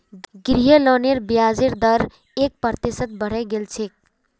गृह लोनेर ब्याजेर दर एक प्रतिशत बढ़े गेल छेक